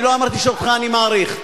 אני לא אמרתי שאותך אני מעריך.